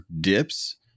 dips